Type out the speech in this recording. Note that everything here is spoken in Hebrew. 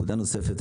נקודה נוספת,